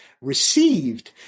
received